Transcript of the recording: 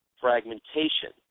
fragmentation